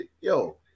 Yo